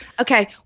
Okay